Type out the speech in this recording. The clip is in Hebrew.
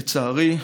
לצערי,